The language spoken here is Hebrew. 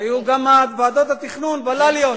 היו גם ועדות התכנון, הוול"ליות.